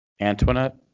Antoinette